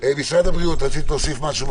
משרד הבריאות, רצית להוסיף משהו,